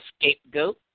scapegoat